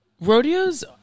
Rodeos